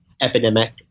epidemic